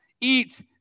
eat